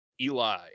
Eli